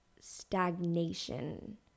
stagnation